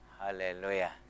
Hallelujah